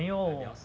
没有